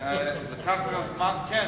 כן.